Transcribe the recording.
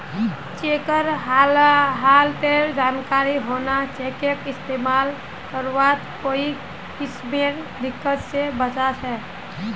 चेकेर हालतेर जानकारी होना चेकक इस्तेमाल करवात कोई किस्मेर दिक्कत से बचा छे